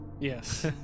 Yes